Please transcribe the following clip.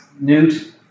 Newt